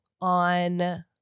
on